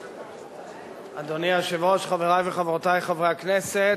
אדוני היושב-ראש, חברי וחברותי חברי הכנסת,